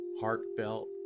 heartfelt